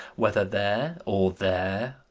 whether there, or there,